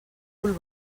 cul